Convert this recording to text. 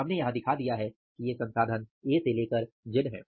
हमने यहां दिखा दिया है कि ये संसाधन ए से जेड है